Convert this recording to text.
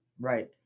Right